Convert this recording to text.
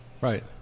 Right